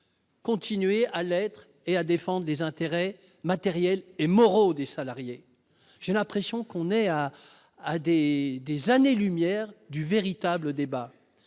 continuer à l'être et à défendent des intérêts matériels et moraux des salariés, j'ai l'impression qu'on est à, à des années lumière du véritable débat